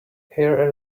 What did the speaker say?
hair